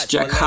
Jack